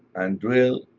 and drill,